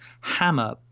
Hammer